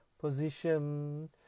position